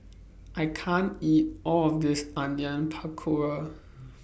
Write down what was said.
I can't eat All of This Onion Pakora